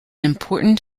important